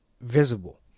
visible